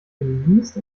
geniest